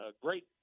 great